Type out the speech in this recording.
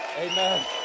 Amen